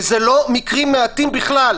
ואלה לא מקרים מעטים בכלל.